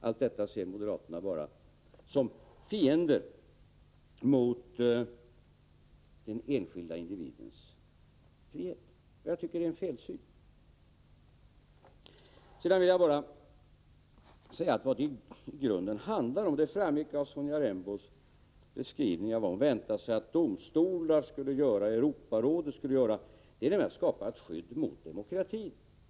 Allt detta ser moderaterna bara som fientlighet mot den enskilda individens frihet. Jag tycker att det är en felsyn. Vad det i grunden handlar om framgick av Sonja Rembos beskrivning av vad hon väntar sig att domstolar och Europarådet skall göra, nämligen att skapa ett skydd mot demokratin.